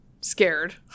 scared